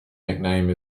nickname